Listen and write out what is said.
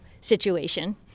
situation